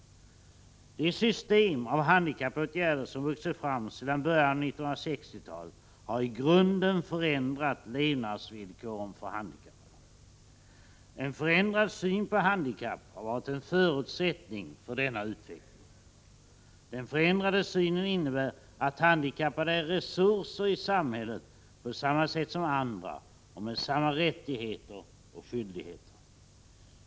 Det system av handikappåtgärder som vuxit fram sedan början av 1960-talet har i grunden förändrat levnadsvillkoren för handikappade. En förändrad syn på handikapp har varit en förutsättning för denna utveckling. Den förändrade synen innebär, att handikappade är resurser i samhället på samma sätt som andra och med samma rättigheter och skyldigheter.